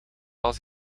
als